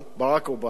ברק אובמה,